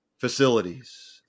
facilities